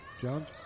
Jones